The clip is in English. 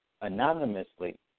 anonymously